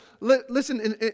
listen